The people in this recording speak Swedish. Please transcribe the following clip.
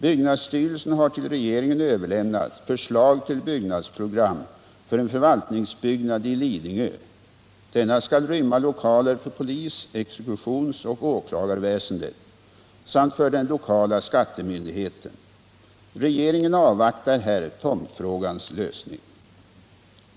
Byggnadsstyrelsen har till regeringen överlämnat förslag till byggnadsprogram för en förvaltningsbyggnad i Lidingö. Denna skall rymma lokaler för polis-, exekutionsoch åklagarväsendet samt för den lokala skattemyndigheten. Regeringen avvaktar här tomtfrågans lösning.